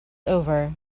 over